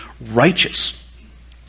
righteous